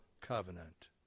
covenant